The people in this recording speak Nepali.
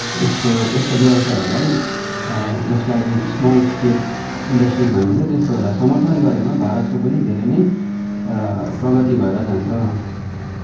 यसको यस्तो व्यवसायहरलाई जसलाई स्मल स्केल इन्डर्सटीज भनिन्छ त्यस्तोहरूलाई समर्थन गरेमा भारतको पनि धेरै नै प्रगति भएर जान्छ